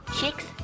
Chicks